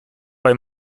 bei